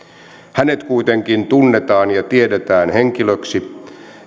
hänet kuitenkin tunnetaan ja tiedetään henkilöksi